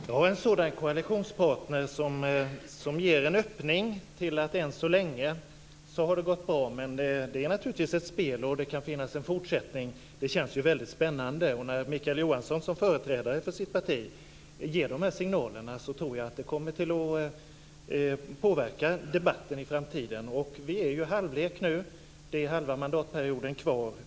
Fru talman! Det känns väldigt spännande med en koalitionspartner som ger en öppning och säger att det än så länge har gått bra, men att det naturligtvis är ett spel och att det finns en fortsättning. När Mikael Johansson som företrädare för sitt parti ger de här signalerna tror jag att det kommer att påverka debatten i framtiden. Vi är i halvlek nu - det är halva mandatperioden kvar.